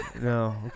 no